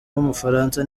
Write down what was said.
w’umufaransa